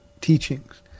teachings